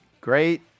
Great